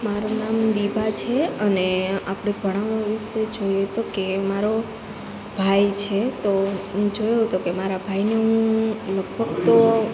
મારું નામ વિભા છે અને આપણે ભણાવવા વિશે જોઈએ તો કહે મારો ભાઈ છે તો હું જોયું તો કે મારા ભાઈનું લગભગ તો